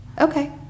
Okay